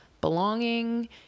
belonging